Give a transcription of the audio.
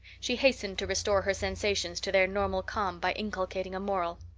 she hastened to restore her sensations to their normal calm by inculcating a moral.